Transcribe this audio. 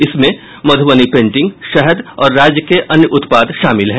इसमें मध्यबनी पेंटिंग शहद और राज्य के अन्य उत्पाद शामिल हैं